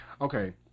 Okay